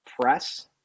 press